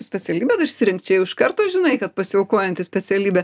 specialybę dar išsirinkt čia jau iš karto žinai kad pasiaukojantis specialybę